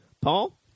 Paul